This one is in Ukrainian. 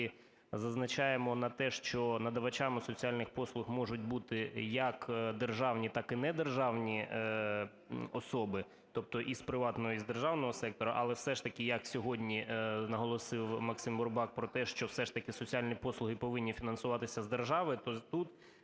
зазначаємо на те, що надавачами соціальних послуг можуть бути як державні, так і недержавні особи, тобто і з приватного, і з державного сектору, але все ж таки, як сьогодні наголосив Максим Бурбак про те, що все ж таки соціальні послуги повинні фінансуватися з держави, то тут